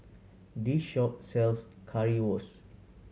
this shop sells Currywurst